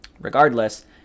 regardless